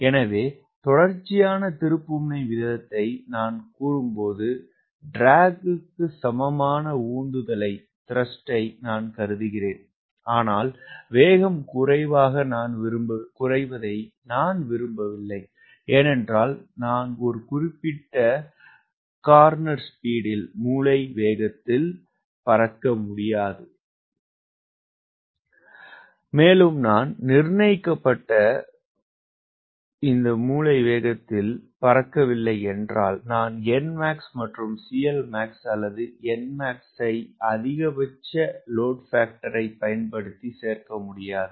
எனவே தொடர்ச்சியான திருப்புமுனை வீதத்தை நான் கூறும்போது இழுவைக்கு சமமான உந்துதலைக் கருதுகிறேன் ஆனால் வேகம் குறைவதை நான் விரும்பவில்லை ஏனென்றால் நான் ஒரு குறிப்பிட்ட மூலை வேகத்தில் பறக்க முடியாது மேலும் நான் நிர்ணயிக்கப்பட்ட மூலை வேகத்தில் பறக்கவில்லை என்றால் நான் nmax மற்றும் CLmax அல்லது nmax ஐ அதிகபட்ச லோடு பாக்டர்யைப் பயன்படுத்தி சேர்க்க முடியாது